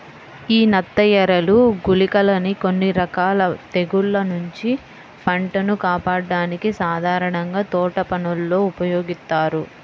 యీ నత్తఎరలు, గుళికలని కొన్ని రకాల తెగుల్ల నుంచి పంటను కాపాడ్డానికి సాధారణంగా తోటపనుల్లో ఉపయోగిత్తారు